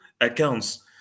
accounts